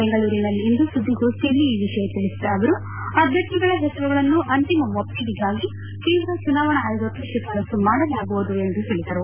ಬೆಂಗಳೂರಿನಲ್ಲಿಂದು ಜಂಟಿ ಸುದ್ದಿಗೋಷ್ಠಿಯಲ್ಲಿ ಈ ವಿಷಯ ತಿಳಿಸಿದ ಅವರು ಅಭ್ಯರ್ಥಿಗಳ ಹೆಸರುಗಳನ್ನು ಅಂತಿಮ ಒಪ್ಪಿಗೆಗಾಗಿ ಕೇಂದ್ರ ಚುನಾವಣಾ ಆಯೋಗಕ್ಕೆ ಶಿಫಾರಸು ಮಾಡಲಾಗುವುದು ಎಂದು ಹೇಳಿದರು